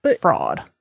fraud